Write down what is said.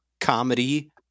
comedy